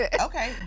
Okay